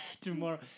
Tomorrow